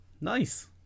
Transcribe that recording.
Nice